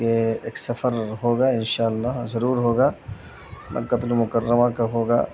کہ ایک سفر ہوگا ان شاء اللہ ضرور ہوگا مکۃ المکرمہ کا ہوگا